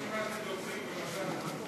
רשימת הדוברים, אם אפשר.